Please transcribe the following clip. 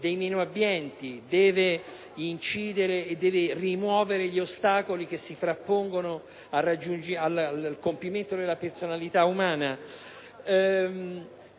dei meno abbienti e deve rimuovere gli ostacoli che si frappongono al compimento della personalità umana.